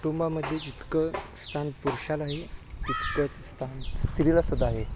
कुटुंबामध्ये जितकं स्थान पुरुषाला आहे तितकंच स्थान स्त्रीलासुद्धा आहे